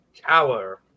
tower